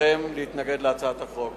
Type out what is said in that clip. אבקשכם להתנגד להצעת החוק.